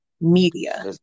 media